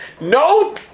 No